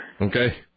Okay